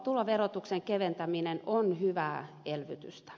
tuloverotuksen keventäminen on hyvää elvytystä